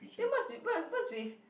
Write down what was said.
then what's with what is what's with